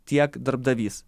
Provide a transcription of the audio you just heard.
tiek darbdavys